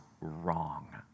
wrong